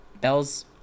Bells